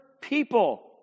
people